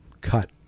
cut